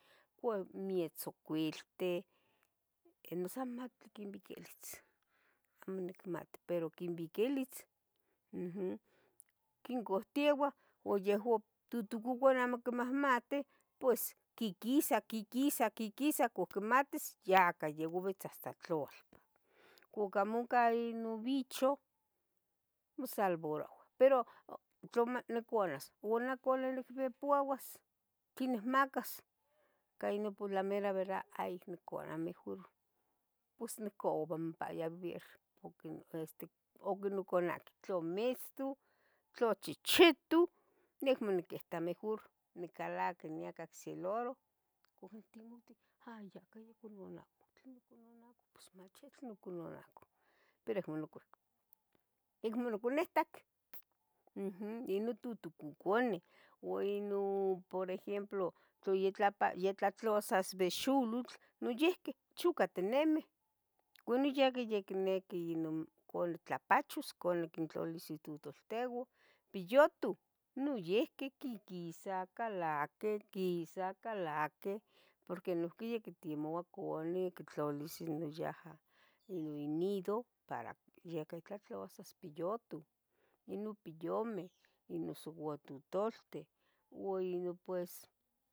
ixmietzocuiltin noso amo inmati tlenoh quinbiquilits amo nicmati pero quinbiquilits ujum Quincauteuah uan yehua tutucoconeh amo quimahmatih pues quiquisah quiquisah quiquisah cuac quimatis ya cayo yobits hasta tlaolpan, cuac amo ohnca inon bicho mosalvaroua pero tlamo nicuanas o cuali nicpouauas quenih macas, ica inon pues la mera verdad ayic nicunua mejor pos nicaba ompayi aver poque no este naquin onconanqui tla miston tla chichitu nah acmo niquita mejor nicalaqui niaca ocseloro cuan temotiu hay yacayocono acmo noconitac ujum, inon tutucoconeh ua inon por ejemplo tla ya tlapa yatlatlasas bexulotl noyiqui chocatinimeh non ya quinique cuali tlapachos o cuali quintlalis itotultiba piyutu noyiqui quiquisah calaquih quisah calaquih porqui noiqui ictemoua canih quitlalis noyaha inido para yac tlatlasas piyutu inon piyomeh noso isuatotolteh ua inon pues